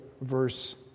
verse